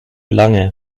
lange